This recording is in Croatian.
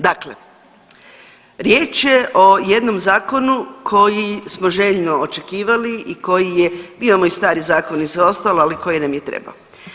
Dakle, riječ je o jednom zakonu koji smo željno očekivali i koji je bio onaj stari zakon i sve ostalo, ali koji nam je trebao.